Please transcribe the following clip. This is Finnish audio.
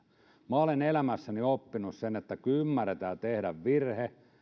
minä olen elämässäni oppinut sen että kun ymmärretään tehdä virhe